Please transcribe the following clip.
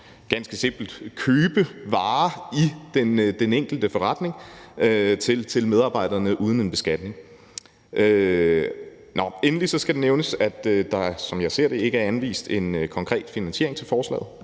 ganske simpelt at købe varer i den enkelte forretning til medarbejderne uden beskatning. Endelig skal det nævnes, at der, som jeg ser det, ikke er anvist en konkret finansiering til forslaget,